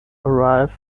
arrive